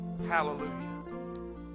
Hallelujah